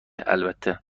البته